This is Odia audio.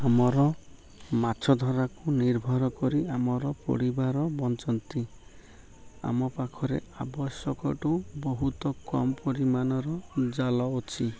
ଆମର ମାଛ ଧରାକୁ ନିର୍ଭର କରି ଆମର ପରିବାର ବଞ୍ଚନ୍ତି ଆମ ପାଖରେ ଆବଶ୍ୟକଠୁ ବହୁତ କମ୍ ପରିମାଣର ଜାଲ ଅଛି